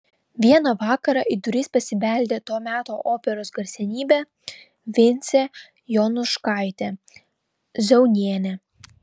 vieną vakarą į duris pasibeldė to meto operos garsenybė vincė jonuškaitė zaunienė